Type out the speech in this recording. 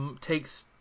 takes